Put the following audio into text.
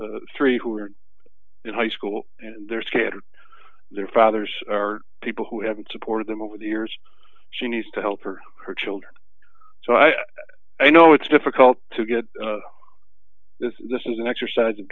but three who are in high school and they're scared their fathers are people who haven't supported them over the years she needs to help her or her children so i know it's difficult to get this this is an exercise